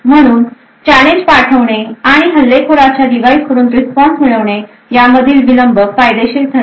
म्हणून चॅलेंज पाठवणे आणि हल्लेखोरच्या डिव्हाइस कडून रिस्पॉन्स मिळवणे यामधील विलंब फायदेशीर ठरेल